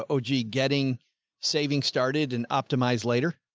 ah oh, gee, getting saving started and optimize later.